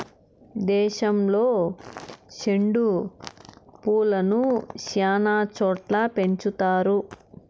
దేశంలో సెండు పూలను శ్యానా చోట్ల పెంచుతారు